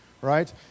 right